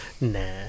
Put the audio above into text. Nah